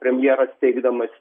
premjeras teikdamas